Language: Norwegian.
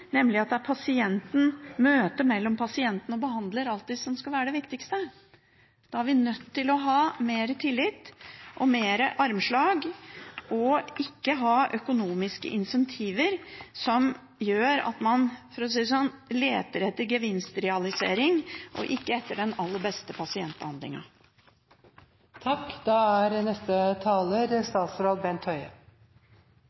nemlig at det er møtet mellom pasienten og behandleren som alltid skal være det viktigste. Da er vi nødt til å ha mer tillit og mer armslag, og ikke ha økonomiske incentiver som gjør at man – for å si det sånn – leter etter gevinstrealisering og ikke etter den aller beste